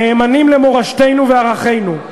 נאמנים למורשתנו ולערכינו,